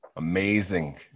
Amazing